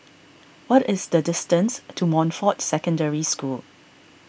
what is the distance to Montfort Secondary School